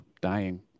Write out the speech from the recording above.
dying